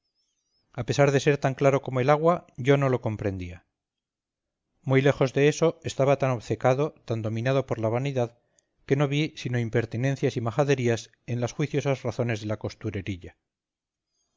a pesar de ser tan claro como el agua yo no lo comprendía muy lejos de eso estaba tan obcecado tan dominado por la vanidad que no vi sino impertinencias y majaderías en las juiciosas razones de la costurerilla